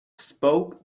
spoke